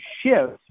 shift